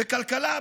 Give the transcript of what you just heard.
בכלכלה,